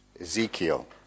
Ezekiel